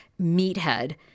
meathead